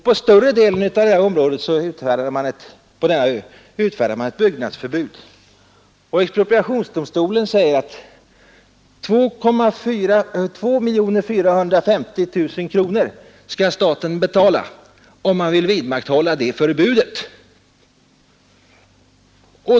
På större delen av denna ö utfärdades byggnadsförbud. Expropriationsdomstolen säger att staten skall betala 2 450 000 kronor för att vidmakthålla det förbudet!